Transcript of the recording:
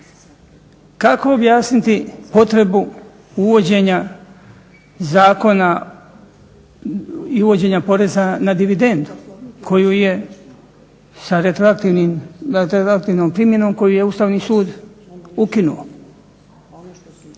Kako objasniti potrebu uvođenja zakona i uvođenja poreza na dividendu koju je sa … primjenom koju je Ustavni sud ukinuo.